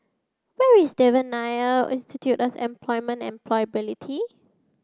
where is Devan Nair Institute of Employment and Employability